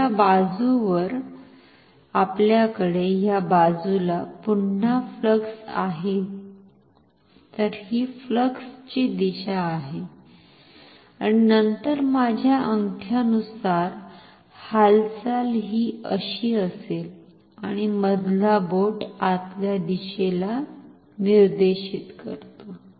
तर ह्या बाजूवर आपल्याकडे ह्या बाजूला पुन्हा फ्लक्स आहे तर ही फ्लक्स ची दिशा आहे आणि नंतर माझ्या अंगठ्यानुसार हालचाल ही अशी असेल आणि मधला बोट आतल्या दिशेला निर्देशित करतो